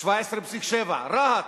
17.7%. רהט,